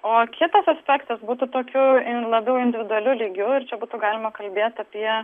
o kitas aspektas būtų tokiu labiau individualiu lygiu ir čia būtų galima kalbėti apie